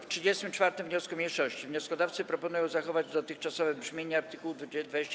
W 34. wniosku mniejszości wnioskodawcy proponują zachować dotychczasowe brzmienie art. 26a.